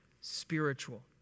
spiritual